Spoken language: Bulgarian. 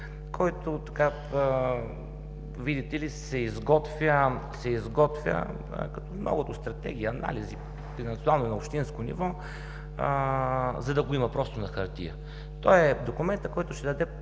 изготвя, видите ли, като многото стратегии, анализи евентуално и на общинско ниво, за да го има просто на хартия. Той е документът, който ще даде